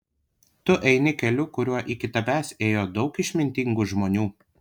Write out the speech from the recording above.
tu eini keliu kuriuo iki tavęs ėjo daug išmintingų žmonių